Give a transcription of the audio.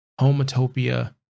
Homotopia